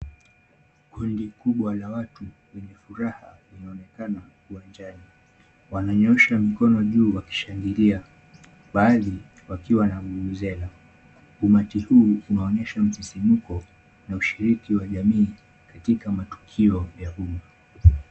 Kundi kubwa la watu wenye furaha wanaonekana uwanjani. Wananyoosha mikono juu wakishangilia, baadhi wakiwa na vuvuzela. Umati huu unaonyesha msisimuko na ushiriki wa jamii katika matukio ya umma.